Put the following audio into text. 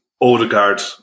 Odegaard